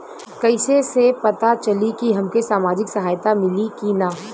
कइसे से पता चली की हमके सामाजिक सहायता मिली की ना?